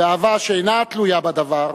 ואהבה שאינה תלויה בדבר,